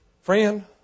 Friend